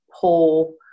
pull